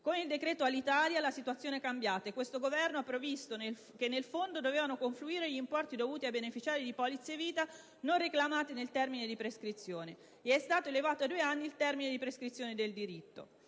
decreto Alitalia la situazione è cambiata e questo Governo ha previsto che nel fondo dovevano confluire gli importi dovuti ai beneficiari di polizze vita non reclamati nel termine di prescrizione. Contestualmente è stato elevato a due anni il termine di prescrizione del diritto.